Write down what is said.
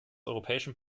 europäischen